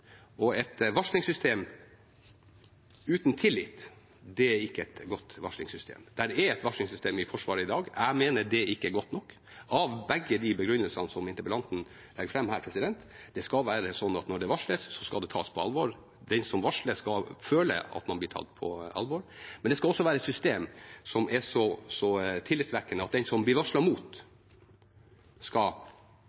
er et varslingssystem i Forsvaret i dag. Jeg mener det ikke er godt nok, med begge de begrunnelsene som interpellanten legger fram her. Det skal være sånn at når det varsles, skal det tas på alvor. Den som varsler, skal føle at man blir tatt på alvor, men det skal også være et system som er så tillitvekkende, at den det blir varslet mot,